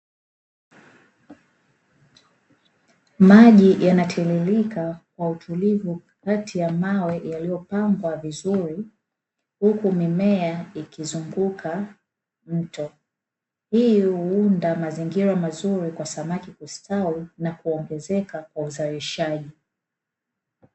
Maji yanatiririka kwa utulivu kati ya mawe yaliyopambwa vizuri huku mimea ikizunguka mto, hii huunda mazingira mazuri kwa samaki kustawi na kuongezeka kwa uzalishaji.